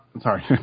sorry